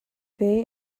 they